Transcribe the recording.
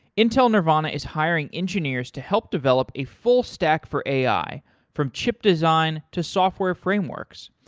intel nervana is hiring engineers to help develop a full stack for ai from chip design to software frameworks.